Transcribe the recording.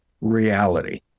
reality